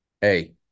Hey